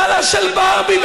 בעלה של ברבי,